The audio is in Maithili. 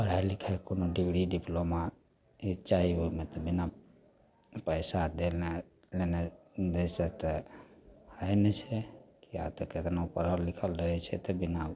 पढ़ाइ लिखाइके डिगरी डिप्लोमा होइके चाही ओहिमे तऽ बिना पइसा देनै लेनै दै से तऽ होइ नहि छै किएक तऽ कतनो पढ़ल लिखल रहै छै तऽ बिना